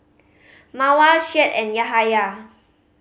Mawar Syed and Yahaya